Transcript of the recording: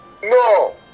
No